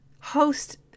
host